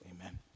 amen